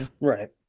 Right